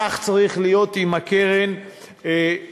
כך צריכה לעשות הקרן שתוקם.